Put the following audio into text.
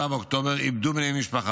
7 באוקטובר למניינם, איבדו בני משפחה,